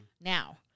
now